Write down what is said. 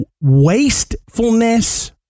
wastefulness